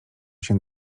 się